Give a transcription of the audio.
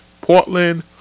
Portland